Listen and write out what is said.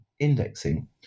indexing